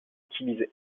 utilisé